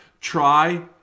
try